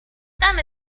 damy